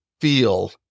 feel